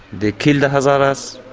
they kill the hazaras.